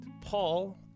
Paul